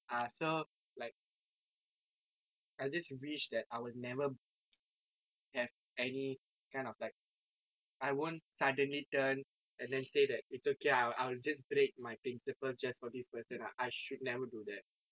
ah so like I just wish that I would never have any kind of like I won't suddenly turn and then say that it's okay I'll I'll just break my principles just for this person I should never do that